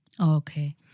okay